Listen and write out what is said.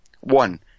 One